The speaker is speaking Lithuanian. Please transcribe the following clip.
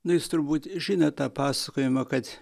na jūs turbūt žinot tą pasakojimą kad